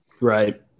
Right